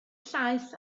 llaeth